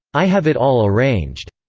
i have it all arranged.